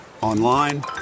online